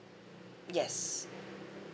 yes